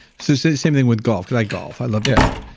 so so same thing with golf because i golf, i love to golf.